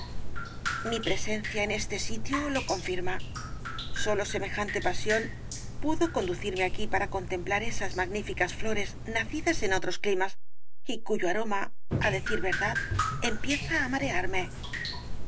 mi presencia en este sitio lo confirma sólo semejante pasión pudo conducirme aquí para contemplar esas magníficas flores nacidas en otros climas y cuyo aroma á decir verdad empieza á marearme